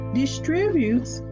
distributes